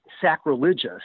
sacrilegious